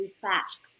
fast